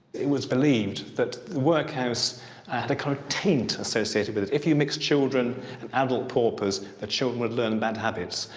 it was believed that the workhouse had a kind of taint associated with but it. if you mixed children and adult paupers the children would learn bad habits.